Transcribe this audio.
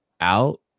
out